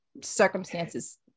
circumstances